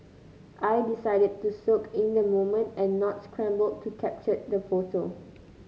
I decided to soak in the moment and not scramble to capture the photo